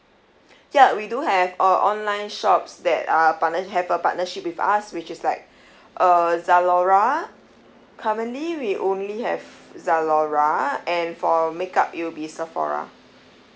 ya we do have uh online shops that are partners have a partnership with us which is like uh zalora currently we only have zalora and for makeup it'll be sephora